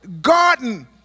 garden